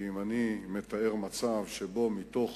כי אם אני מתאר מצב שבו מתוך